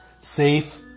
safe